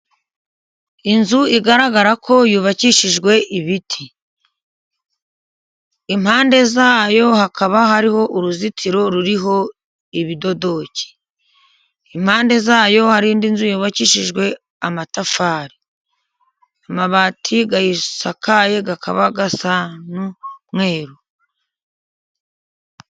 Inzu igaragara ko yubakishijwe ibiti, impande zayo hakaba hariho uruzitiro ruriho ibidodoki ,impande zayo hari indi nzu yubakishijwe amatafari, amabati ayisakaye akaba asa n'umweru.